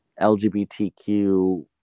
LGBTQ